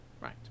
Right